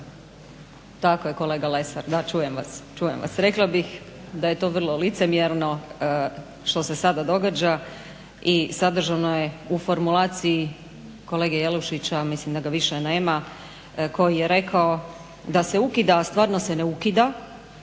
tako je kolega Lesar, da čujem vas, čujem vas. Rekla bih da je to vrlo licemjerno, što se sada događa i sadržano je u formulaciji kolege Jelušić. Mislim da ga više nema koji je rekao da se ukida, a stvarno se ne ukida,